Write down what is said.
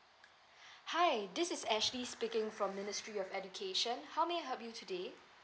hi this is ashley speaking from ministry of education how may I help you today